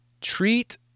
treat